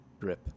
drip